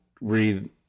read